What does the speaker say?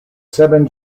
seven